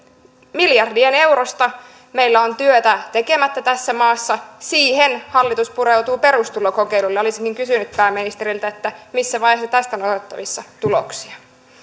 miljardien eurojen edestä meillä on työtä tekemättä tässä maassa ja siihen hallitus pureutuu perustulokokeilulla olisinkin kysynyt pääministeriltä missä vaiheessa tästä on odotettavissa tuloksia